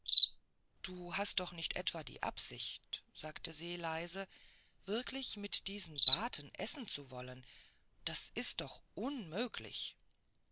du hast doch nicht etwa die absicht sagte se leise wirklich mit diesen baten essen zu wollen das ist doch unmöglich